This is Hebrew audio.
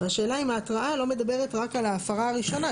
והשאלה היא אם ההתראה לא מדברת רק על ההפרה הראשונה?